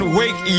wake